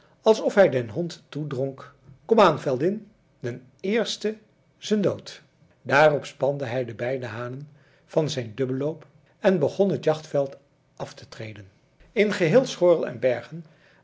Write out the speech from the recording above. alsof hij den hond toedronk komaan veldin den eerste zen dood daarop spande hij de beide hanen van zijn dubbelloop en begon het jachtveld af te treden in geheel schoorl en bergen